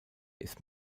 ist